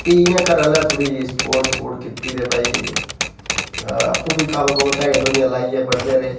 प्ही इं'या घरा आह्लें स्पोर्ट कीती की भाई आपूं बी कम्म करियै ध्याड़ियां लाइयै पढ़दे रेह्